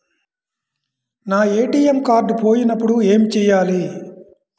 నా ATM card పోయినప్పుడు ఏమి చేయాలి?